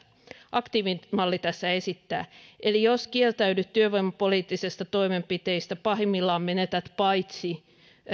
aktiivimalli tässä esittää eli jos kieltäydyt työvoimapoliittisista toimenpiteistä pahimmillaan menetät paitsi